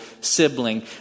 sibling